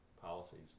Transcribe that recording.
policies